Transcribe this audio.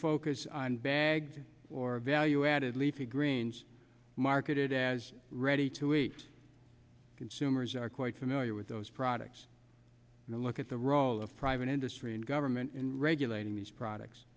focus on bag or value added leafy greens marketed as ready to eat consumers are quite familiar with those products and a look at the role of private industry and government in regulating these products